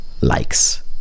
likes